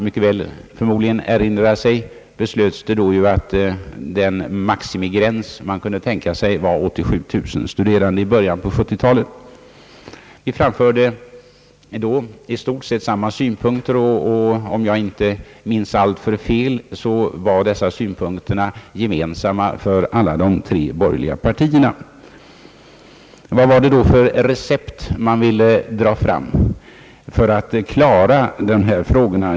Som kammaren förmodligen erinrar sig beslöts då, att maximigränsen skulle vara 87000 studerande i början på 1970-talet. Vi framförde den gången i stort sett samma Synpunkter, och om jag inte minns alltför fel var synpunkterna gemensamma för alla de tre borgerliga partierna. Vilket recept ville man då rekommendera för att klara dessa frågor?